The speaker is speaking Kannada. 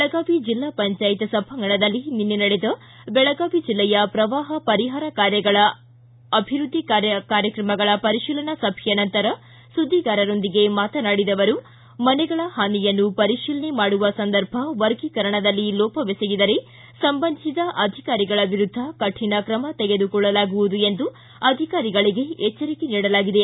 ಬೆಳಗಾವಿ ಜಿಲ್ಲಾ ಪಂಚಾಯತ್ ಸಭಾಂಗಣದಲ್ಲಿ ನಿನ್ನೆ ನಡೆದ ಬೆಳಗಾವಿ ಜಿಲ್ಲೆಯ ಪ್ರವಾಪ ಪರಿಹಾರ ಕಾರ್ಯಗಳ ಹಾಗೂ ಅಭಿವೃದ್ದಿ ಕಾರ್ಯಕ್ರಮಗಳ ಪರಿಶೀಲನಾ ಸಭೆಯ ನಂತರ ಸುದ್ದಿಗಾರರೊಂದಿಗೆ ಮಾತನಾಡಿದ ಅವರು ಮನೆಗಳ ಹಾನಿಯನ್ನು ಪರಿತೀಲನೆ ಮಾಡುವ ಸಂದರ್ಭ ವರ್ಗೀಕರಣದಲ್ಲಿ ಲೋಪವೆಸಗಿದರೆ ಸಂಬಂಧಿಸಿದ ಅಧಿಕಾರಿಗಳ ವಿರುದ್ದ ಕಠಿಣ ತ್ರಮ ತೆಗೆದುಕೊಳ್ಳಲಾಗುವುದು ಎಂದು ಅಧಿಕಾರಿಗಳಗೆ ಎಚ್ದರಿಕೆ ನೀಡಲಾಗಿದೆ